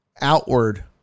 outward